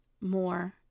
more